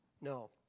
No